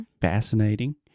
fascinating